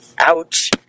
Ouch